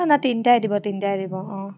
অ' নাই তিনিটাই দিব তিনিটাই দিব অ'